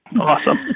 Awesome